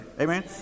Amen